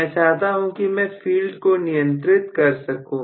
मैं चाहता हूं कि मैं फील्ड को नियंत्रित कर सकूं